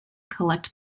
collect